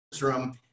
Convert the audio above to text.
room